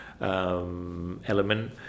element